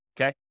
okay